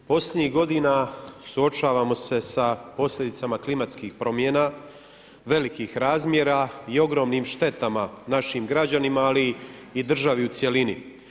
Posljednjih godina suočavamo se sa posljedicama klimatskih promjena, velikih razmjera i ogromnim štetama našim građanima, ali i državi u cjelini.